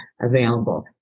available